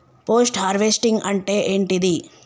Post harvesting అంటే ఏంటిది?